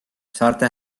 saarte